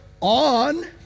on